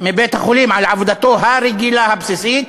מבית-החולים על עבודתו הרגילה הבסיסית,